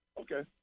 Okay